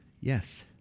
Yes